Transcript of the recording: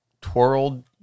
twirled